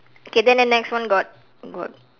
okay then the next one got got